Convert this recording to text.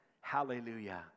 Hallelujah